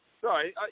sorry